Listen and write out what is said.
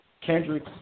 Kendrick